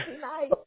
nice